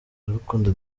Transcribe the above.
rukundo